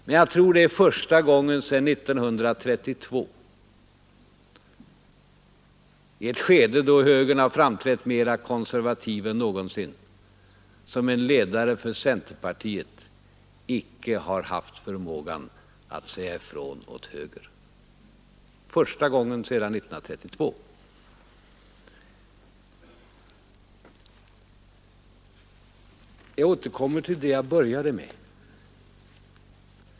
Men i ett skede då högern har framträtt mera konservativ än någonsin är det första gången sedan 1932 som en ledare för centerpartiet icke haft förmågan att säga ifrån åt höger. Jag återkommer till det jag började med.